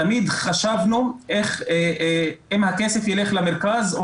תמיד חשבנו אם הכסף ילך למרכז או